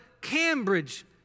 Cambridge